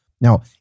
Now